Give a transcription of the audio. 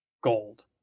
gold